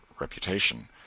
reputation